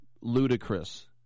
ludicrous